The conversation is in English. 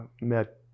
met